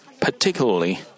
Particularly